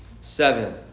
Seven